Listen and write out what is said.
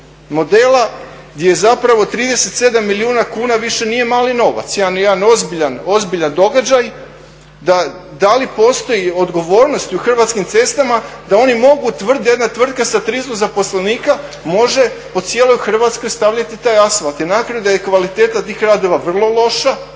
modela gdje 37 milijuna kuna više nije mali novac. Jedan ozbiljan događaj. Da li postoji odgovornost i u Hrvatskim cestama da oni mogu tvrditi da jedna tvrtka sa 300 zaposlenika može po cijeloj Hrvatskoj stavljati taj asfalt i na kraju da je kvaliteta tih radova vrlo loša,